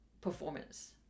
performance